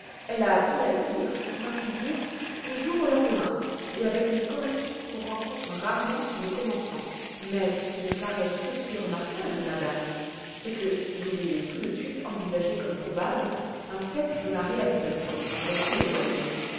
elle a appris à lire pour ainsi dire du jour au lendemain et avec une correction qu'on rencontre rarement chez des commençants mais ce qui me paraît tout aussi remarquable madame c'est que vous ayez tout de suite envisagé comme probable un fait dont la réalisation semblait si éloignée